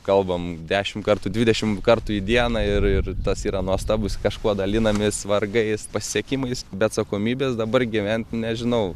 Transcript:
kalbam dešimt kartų dvidešimt kartų į dieną ir tas yra nuostabus kažkuo dalinamės vargais pasiekimais be atsakomybės dabar gyvent nežinau